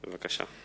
בבקשה.